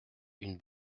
une